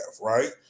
right